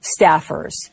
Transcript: staffers